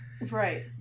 Right